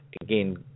again